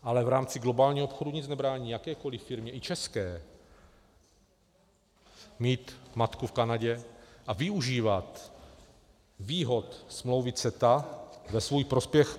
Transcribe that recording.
Ale v rámci globálního obchodu nic nebrání jakékoliv firmě, i české, mít matku v Kanadě a využívat výhod smlouvy CETA ve svůj prospěch.